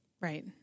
Right